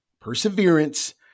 perseverance